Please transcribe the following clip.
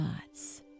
thoughts